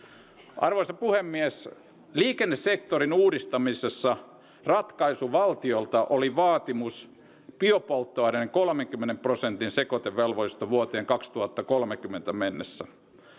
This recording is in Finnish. arvoisa puhemies liikennesektorin uudistamisessa ratkaisu valtiolta oli vaatimus biopolttoaineiden kolmenkymmenen prosentin sekoitevelvollisuudesta vuoteen kaksituhattakolmekymmentä mennessä